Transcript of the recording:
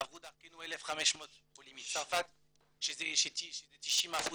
עברו דרכנו 1,500 עולים מצרפת שהם 90%